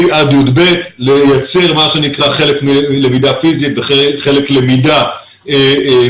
בכיתות ה' עד י"ב לייצר מה שנקרא חלק מלמידה פיזית וחלק למידה מרחוק,